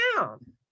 down